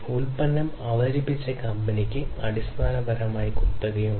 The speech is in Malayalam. ഉൽപ്പന്നം അവതരിപ്പിച്ച കമ്പനിക്ക് അടിസ്ഥാനപരമായി കുത്തകയുണ്ട്